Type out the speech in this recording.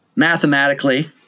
mathematically